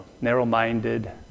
narrow-minded